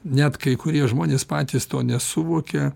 net kai kurie žmonės patys to nesuvokia